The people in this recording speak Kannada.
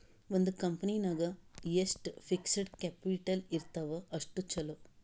ಒಂದ್ ಕಂಪನಿ ನಾಗ್ ಎಷ್ಟ್ ಫಿಕ್ಸಡ್ ಕ್ಯಾಪಿಟಲ್ ಇರ್ತಾವ್ ಅಷ್ಟ ಛಲೋ